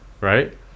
Right